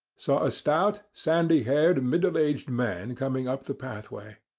saw a stout, sandy-haired, middle-aged man coming up the pathway.